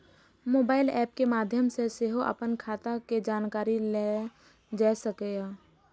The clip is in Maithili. मोबाइल एप के माध्य सं सेहो अपन खाता के जानकारी लेल जा सकैए